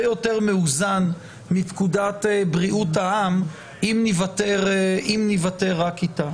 יותר מאוזן מפקודת בריאות העם אם ניוותר רק איתה.